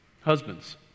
Husbands